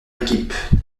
équipe